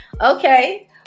Okay